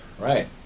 Right